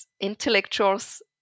intellectuals